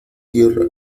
tierra